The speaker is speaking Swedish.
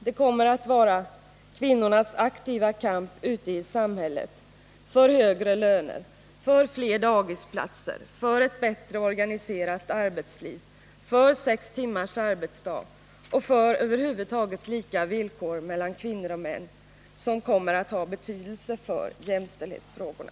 Det kommer att vara kvinnornas aktiva kamp ute i samhället för högre löner, för fler dagisplatser, för ett bättre organiserat arbetsliv, för sex timmars arbetsdag och över huvud taget för lika villkor mellan kvinnor och män som kommer att ha betydelse för jämställdhetsfrågorna.